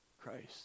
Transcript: Christ